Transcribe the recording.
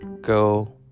Go